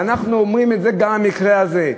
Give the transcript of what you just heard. ואנחנו אומרים את זה גם במקרה הזה.